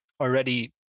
already